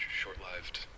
short-lived